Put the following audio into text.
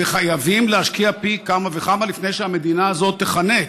וחייבים להשקיע פי כמה וכמה לפני שהמדינה הזאת תיחנק.